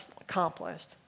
accomplished